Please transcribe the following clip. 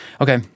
Okay